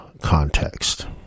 context